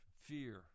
fear